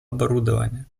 оборудования